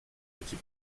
êtes